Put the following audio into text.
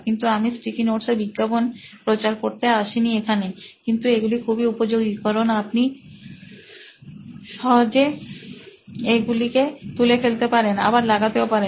কিন্তু আমি sticky notes এর বিজ্ঞাপন প্রচার করতে আসিনি এখানে কিন্তু এগুলি খুবই উপযোগী কারণ আপনি এগুলিকে সহজে তু লে ফেলতে পারেন আবার লাগতেও পারেন